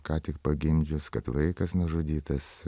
ką tik pagimdžius kad vaikas nužudytas